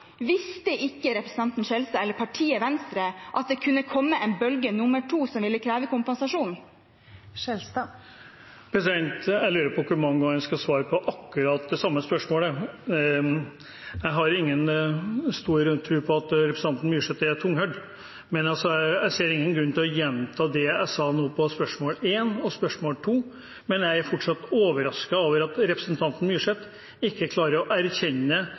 Visste ikke representanten Skjelstad eller partiet Venstre at det kunne komme en bølge nr. 2, som ville kreve kompensasjon? Jeg lurer på hvor mange ganger jeg skal svare på akkurat det samme spørsmålet. Jeg har ingen stor tro på at representanten Myrseth er tunghørt – jeg ser ingen grunn til nå å gjenta det jeg svarte på spørsmål 1 og spørsmål 2. Jeg er likevel fortsatt overrasket over at representanten Myrseth ikke klarer å erkjenne